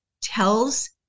tells